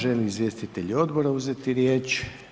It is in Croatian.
Želi li izvjestitelj odbora uzeti riječ?